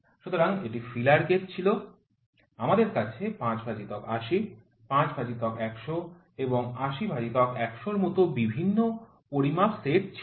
সুতরাং এটি feeler gauge ছিল আমাদের কাছে ৫ ভাজিতক ৮০ ৫ ভাজিতক ১০০ এবং ৮০ ভাজিতক ১০০ এর মত বিভিন্ন পরিমাপ সেট ছিল